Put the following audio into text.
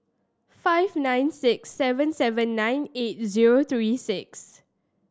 five nine six seven seven nine eight zero three six